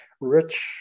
rich